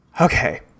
Okay